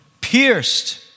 Pierced